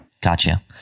Gotcha